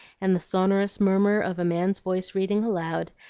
and the sonorous murmur of a man's voice reading aloud,